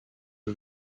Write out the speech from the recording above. who